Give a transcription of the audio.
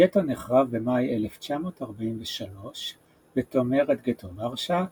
הגטו נחרב במאי 1943 בתום מרד גטו ורשה,